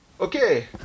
Okay